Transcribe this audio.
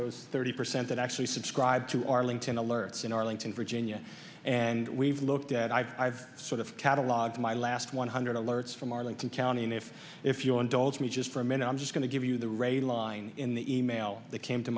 those thirty percent that actually subscribe to arlington alerts in arlington virginia and we've looked at i sort of catalogue my last one hundred alerts from arlington county and if if you'll indulge me just for a minute i'm just going to give you the raid line in the email that came to